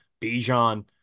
Bijan